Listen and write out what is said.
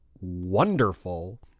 wonderful